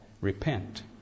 Repent